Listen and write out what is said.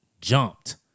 jumped